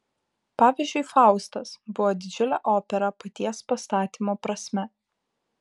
pavyzdžiui faustas buvo didžiulė opera paties pastatymo prasme